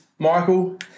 Michael